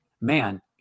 man